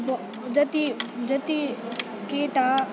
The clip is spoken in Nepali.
ब जति जति केटा